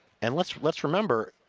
and let's let's remember,